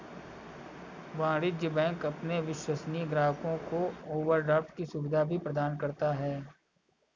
वाणिज्य बैंक अपने विश्वसनीय ग्राहकों को ओवरड्राफ्ट की सुविधा भी प्रदान करता है